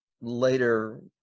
later